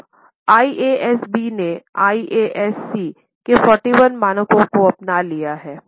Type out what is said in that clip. अब IASB ने IASC के 41 मानकों को अपना लिया है